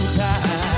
time